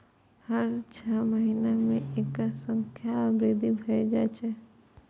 हर छह महीना मे एकर संख्या मे वृद्धि भए जाए छै